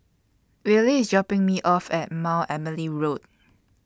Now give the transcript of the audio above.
Wylie IS dropping Me off At Mount Emily Road